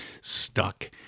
stuck